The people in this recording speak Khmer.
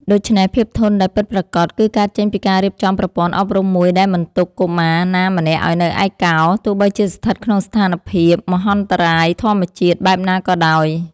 ដូច្នេះ ភាពធន់ដែលពិតប្រាកដ គឺកើតចេញពីការរៀបចំប្រព័ន្ធអប់រំមួយដែលមិនទុកកុមារណាម្នាក់ឱ្យនៅឯកោ ទោះបីជាស្ថិតក្នុងស្ថានភាពមហន្តរាយធម្មជាតិបែបណាក៏ដោយ។